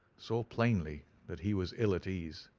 saw plainly that he was ill at ease.